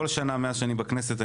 כל שנה מאז שאני בכנסת,